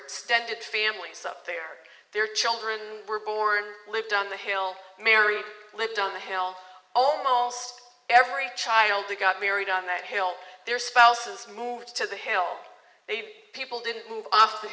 extended families of their their children were born lived on the hill mary lived on the hill almost every child they got married on that hill their spouses move to the hill they people didn't move off the